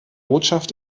botschaft